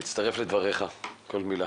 אני מצטרף לדבריך, כל מילה.